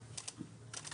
שהוקראה?